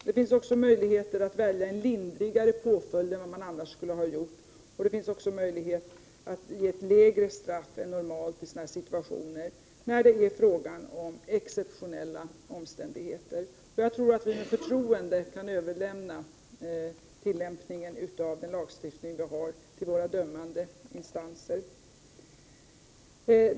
Det finns också möjligheter att välja lindrigare påföljd än man annars skulle gjort och att ge lägre straff än normalt i sådana situationer där det är fråga om exceptionella omständigheter. Jag tror att vi med förtroende kan överlämna tillämpningen av den lagstiftning vi har till våra dömande instanser.